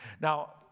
Now